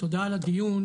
תודה על הדיון.